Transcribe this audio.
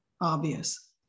obvious